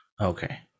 Okay